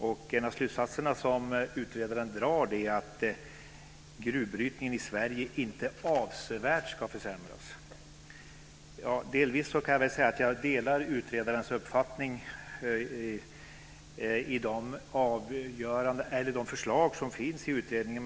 En av de slutsatser som utredaren drar är att gruvbrytningen i Sverige inte avsevärt ska försämras. Jag kan väl säga att jag delvis delar utredarens uppfattning vad gäller de förslag som finns i utredningen.